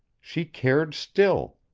she cared still.